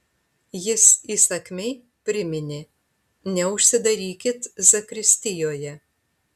jis įsakmiai priminė neužsidarykit zakristijoje